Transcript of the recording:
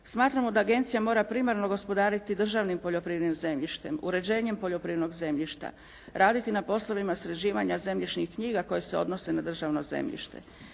Smatramo da agencija mora primarno gospodariti državnim poljoprivrednim zemljištem, uređenjem poljoprivrednog zemljišta, raditi na poslovima sređivanja zemljišnih knjiga koje se odnose na državno zemljište.